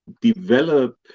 develop